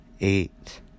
eight